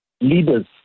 leaders